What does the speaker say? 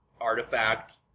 artifact